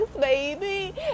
baby